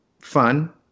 fun